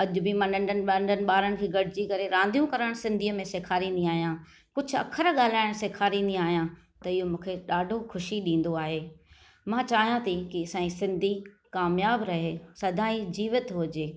अजु॒ बि मां नंढनि नंढनि बा॒रनि खे गड॒जी करे रांदियूं करणु सिंधीअ में सेखारींदी आहियां कुझु अख़र गा॒ल्हाइणु सेखारींदी आहियां त इहो मुंखे डा॒ढो ख़ुशी डीं॒दो आहे मां चाहियां थी असां जी सिंधी कामयाबु रहे सदाईं जीवित हुजे